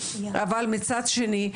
אבל מצד שני,